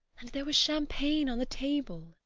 and there was champagne on the table.